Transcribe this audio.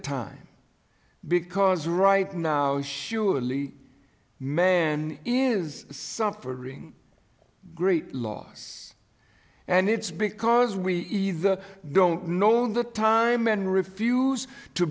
time because right now surely is suffering great loss and it's because we either don't know the time and refuse to